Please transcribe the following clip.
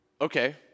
okay